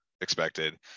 expected